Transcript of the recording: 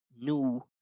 new